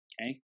Okay